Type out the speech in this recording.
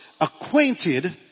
acquainted